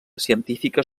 científica